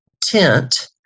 tent